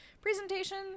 Presentation